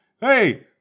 hey